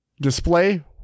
Display